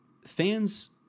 fans